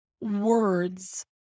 words